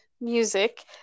music